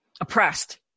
oppressed